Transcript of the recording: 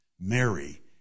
Mary